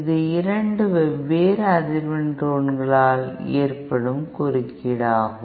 இது 2 வெவ்வேறு அதிர்வெண் டோன்களால் ஏற்படும் குறுக்கீடு ஆகும்